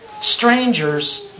strangers